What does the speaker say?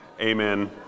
Amen